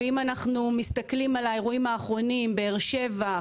ואם אנחנו מסתכלים על האירועים האחרונים בבאר שבא,